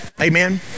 Amen